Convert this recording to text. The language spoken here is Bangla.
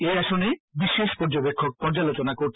এই আসনে বিশেষ পর্যবেক্ষক পর্যালোচনা করেছেন